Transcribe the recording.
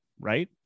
right